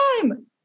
time